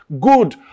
good